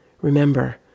Remember